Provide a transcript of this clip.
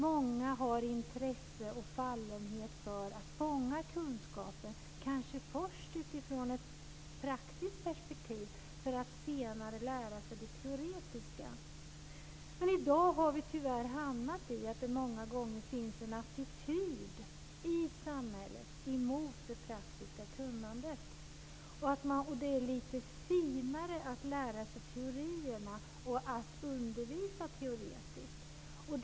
Många har intresse och fallenhet för att fånga kunskaper kanske först utifrån ett praktiskt perspektiv för att senare lära sig det teoretiska. I dag har vi tyvärr hamnat i att det många gånger finns en negativ attityd i samhället mot det praktiska kunnandet. Det är lite finare att lära sig teorierna och att undervisa teoretiskt.